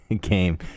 game